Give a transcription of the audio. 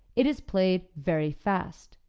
it is played very fast.